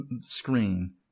screen